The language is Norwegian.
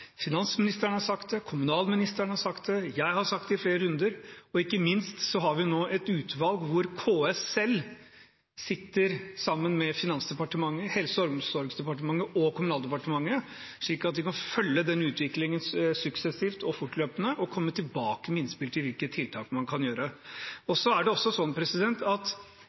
Finansministeren har sagt det, kommunalministeren har sagt det, jeg har sagt det i flere runder, og ikke minst har vi nå et utvalg hvor KS selv sitter sammen med Finansdepartementet, Helse- og omsorgsdepartementet og Kommunaldepartementet, slik at vi kan følge den utviklingen suksessivt og fortløpende og komme tilbake med innspill til hvilke tiltak man kan gjøre. Så er det også sånn at